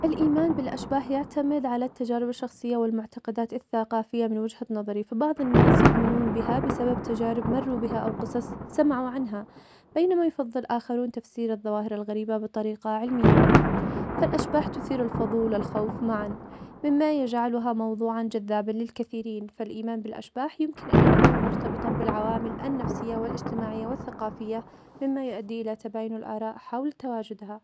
الإيمان بالأشباح يعتمد على التجارب الشخصية والمعتقدات الثقافية من وجهة نظري, فبعض الناس يؤمنون بها بسبب تجارب مروا بها أو قصص سمعوا عنها, بينما يفضل آخرون تفسير الظواهر الغريبة بطريقة علمية, فالأشباح تثير الفضول الخوف معاً, مما يجعلها موضوعاً جذاباً للكثيرين, فالإيمان بالأشباح يمكن أن يكون مرتبطاً بالعوامل النفسية, والإجتماعية والثقافية, مما يؤدي إلى تباين الآراء حول تواجدها.